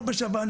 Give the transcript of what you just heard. לא בשב"ן,